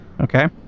Okay